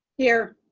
here.